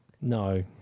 No